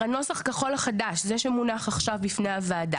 הנוסח הכחול החדש זה שמונח עכשיו בפני הוועדה.